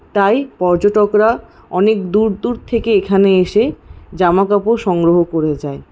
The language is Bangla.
তাই পর্যটকরা অনেক দূর দূর থেকে এখানে এসে জামাকাপড় সংগ্রহ করে যায়